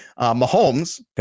Mahomes